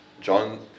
John